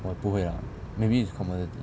我也不会 lah maybe it's commodities